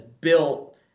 built –